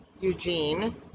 Eugene